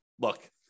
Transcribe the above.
look